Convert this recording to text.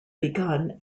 begun